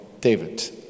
David